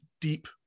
deep